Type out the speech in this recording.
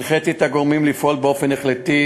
הנחיתי את הגורמים לפעול באופן החלטי